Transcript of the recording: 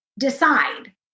Decide